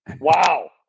Wow